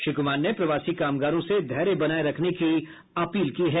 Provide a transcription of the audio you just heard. श्री कुमार ने प्रवासी कामगारों से धैर्य बनाये रखने की अपील की है